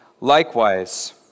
Likewise